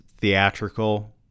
theatrical